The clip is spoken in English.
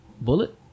Bullet